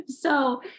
so-